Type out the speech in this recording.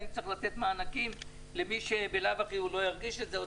האם צריך לתת מענקים למי שבלאו הכי לא ירגיש את זה או